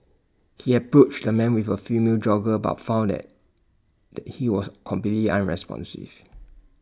he approached the man with A female jogger but found that that he was completely unresponsive